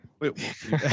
Wait